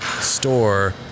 store